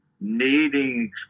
needing